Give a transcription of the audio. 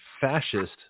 fascist